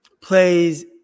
plays